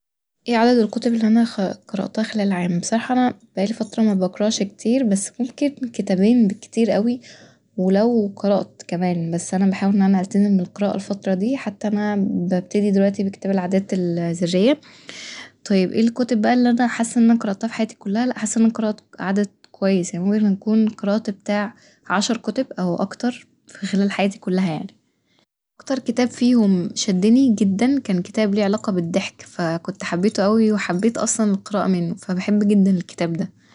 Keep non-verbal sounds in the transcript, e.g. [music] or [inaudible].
اي عدد الكتب اللي أنا خ- قرأتها خلال عام ؟ بصراحة أنا بقالي فترة مبقرأش كتير بس ممكن كتابين بالكتير أوي ولو قرأت كمان بس أنا بحاول إن أنا ألتزم بالقراءة الفترة دي حتى أنا ببتدي دلوقتي بكتاب العادات ال [hesitation] ذرية طيب اي الكتب بقى اللي انا حاسه إن أنا قرأتها ف حياتي كلها ، لأ حاسه إن أنا قرأت عدد كويس يعني ممكن أٌول قرأت بتاع عشر كتب او اكتر ف خلال حياتي كلها يعني ، أكتر كتاب فيهم شدني جدا كان كتاب ليه علاقة بالضحك ف كت حبيته أوي وحبيت أصلا القراءة منه ف بحب جدا الكتاب ده